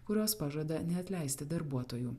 kurios pažada neatleisti darbuotojų